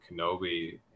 Kenobi